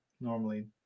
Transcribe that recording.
normally